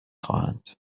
خواهند